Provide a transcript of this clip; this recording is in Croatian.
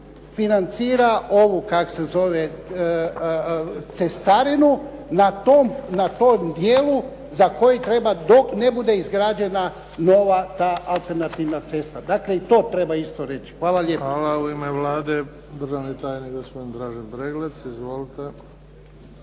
financira cestarinu na tom dijelu za koji treba dok ne bude izgrađena nova ta alternativna cesta. Dakle, i to treba isto reći. Hvala lijepa. **Bebić, Luka (HDZ)** Hvala. U ime Vlade državni tajnik gospodin Dražen Breglec. Izvolite.